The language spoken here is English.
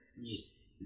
Yes